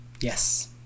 Yes